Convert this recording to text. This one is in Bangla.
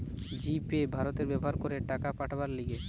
জি পে ভারতে ব্যবহার করে টাকা পাঠাবার লিগে